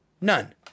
None